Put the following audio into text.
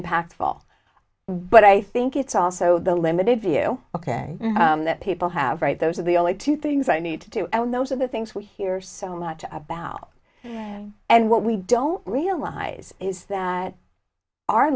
impactful but i think it's also the limited view ok that people have right those are the only two things i need to do and those are the things we hear so much about and what we don't realize is that our